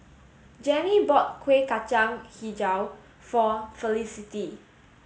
Gennie bought Kueh Kacang Hijau for Felicity